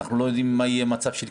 אנחנו לא יודעים האם יהיו כנסים,